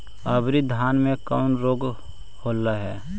अबरि धाना मे कौन रोग हलो हल?